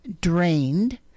drained